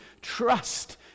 trust